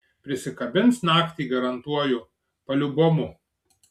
prisikabins naktį garantuoju paliubomu